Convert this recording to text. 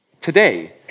today